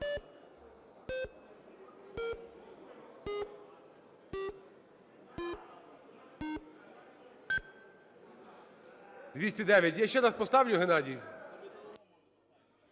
За-209 Я ще раз поставлю, Геннадій.